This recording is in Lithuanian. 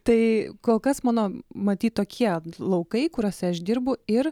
tai kol kas mano matyt tokie laukai kuriuose aš dirbu ir